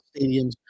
stadiums